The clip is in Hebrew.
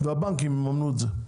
הבנקים יממנו את זה.